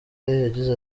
yagize